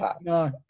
No